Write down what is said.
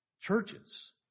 Churches